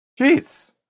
Jeez